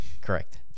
Correct